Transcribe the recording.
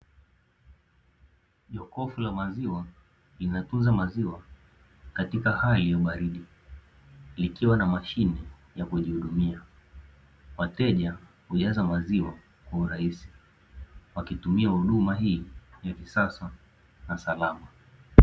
Jokofu la maziwa linatunza maziwa katika hali ya ubaridi, likiwa na mashine ya kujihudumia, wateja hujaza maziwa kwa urahisi wakitumia huduma hii ya kisasa na salama.